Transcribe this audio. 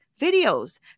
videos